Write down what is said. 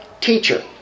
teacher